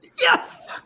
Yes